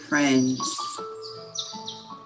Friends